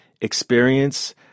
experience